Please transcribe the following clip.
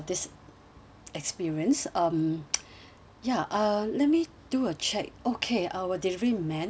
experience um ya uh let me do a check okay our delivery man